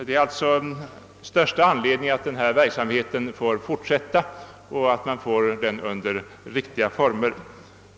Det är alltså största anledning att låta den aktuella verksamheten fortsätta och att ge den riktiga former.